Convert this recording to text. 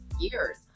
years